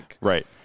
Right